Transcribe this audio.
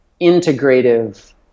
integrative